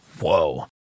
Whoa